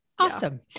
Awesome